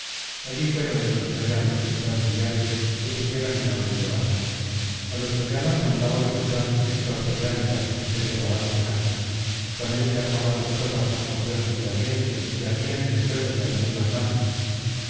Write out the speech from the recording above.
allí fué donde los troyanos y sus auxiliares se pusieron en orden de batalla a los troyanos mandábalos el gran héctor priámida de tremolante casco con él se armaban las tropas más copiosas y valientes que ardían en deseos de blandir las lanzas